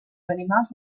animals